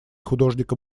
художником